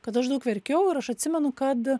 kad aš daug verkiau ir aš atsimenu kad